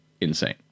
insane